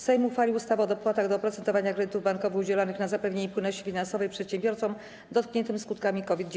Sejm uchwalił ustawę o dopłatach do oprocentowania kredytów bankowych udzielanych na zapewnienie płynności finansowej przedsiębiorcom dotkniętym skutkami COVID-19.